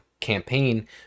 campaign